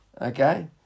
Okay